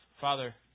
Father